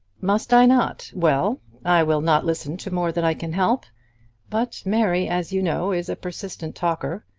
must i not? well i will not listen to more than i can help but mary, as you know, is a persistent talker.